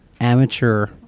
amateur